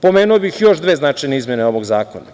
Pomenuo bih još dve značajne izmene ovog zakona.